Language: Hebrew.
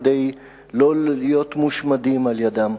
כדי לא להיות מושמדים על-ידיהם.